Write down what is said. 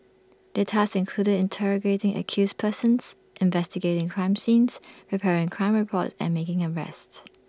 their tasks included interrogating accused persons investigating crime scenes preparing crime reports and making arrests